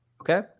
okay